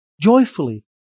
joyfully